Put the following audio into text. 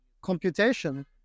computation